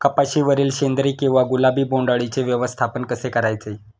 कपाशिवरील शेंदरी किंवा गुलाबी बोंडअळीचे व्यवस्थापन कसे करायचे?